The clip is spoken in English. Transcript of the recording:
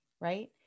right